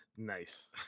Nice